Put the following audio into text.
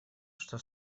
что